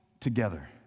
together